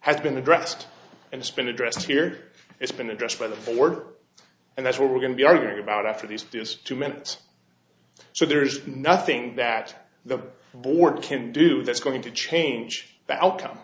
has been addressed and spend addressed here it's been addressed by the ford and that's what we're going to be arguing about after these two minutes so there is nothing that the board can do that's going to change the outcome